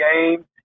game